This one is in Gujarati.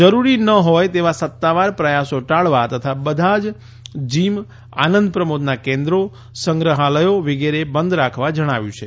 જરૂરી ન હોય તેવા સતાવાર પ્રવાસો ટાળવા તથા બધા જ જીમ આનંદપ્રમોદના કેન્દ્રો સંગ્રહાલયો વિગેરે બંધ રાખવા જણાવ્યું છે